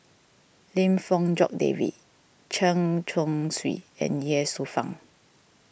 Lim Fong Jock David Chen Chong Swee and Ye Shufang